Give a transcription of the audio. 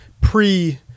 pre